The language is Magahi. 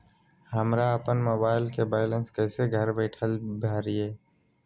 हमरा अपन मोबाइलबा के बैलेंस कैसे घर बैठल भरिए?